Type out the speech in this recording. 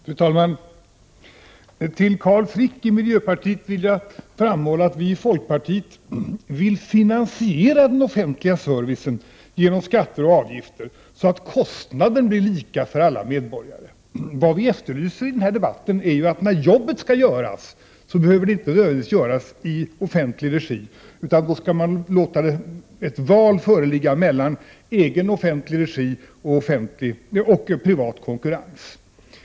Fru talman! Till Carl Frick från miljöpartiet vill jag säga att vi i folkpartiet vill finansiera den offentliga servicen genom skatter och avgifter så att kostnaden blir lika för alla medborgare. Men när jobbet skall göras behöver det inte göras i offentlig regi, utan man skall låta ett val föreligga mellan offentlig regi och privat konkurrens.